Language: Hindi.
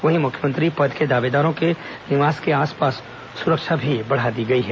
वहीं मुख्यमंत्री पद के दावेदारों के निवास के आसपास सुरक्षा भी बढ़ा दी गई है